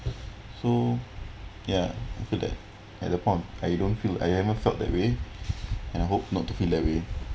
so ya I feel that at that point I don't feel I haven't felt that way and I hope not to feel that way